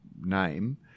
name